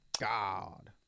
God